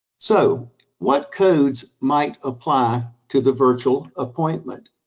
so what codes might apply to the virtual appointment,